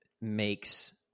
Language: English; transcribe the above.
makes